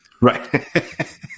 Right